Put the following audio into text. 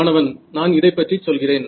மாணவன் நான் இதைப் பற்றி சொல்கிறேன்